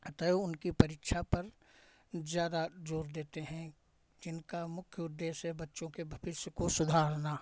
अतएव उनकी परीक्षा पर ज़्यादा जोर देते हैं जिनका मुख्य उद्देश्य है बच्चों के भविष्य को सुधारना